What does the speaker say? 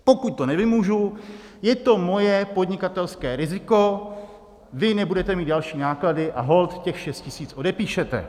Pokud to nevymůžu, je to moje podnikatelské riziko, vy nebudete mít další náklady a holt těch 6 000 odepíšete.